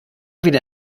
wieder